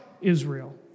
Israel